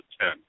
ten